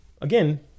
again